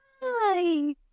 Hi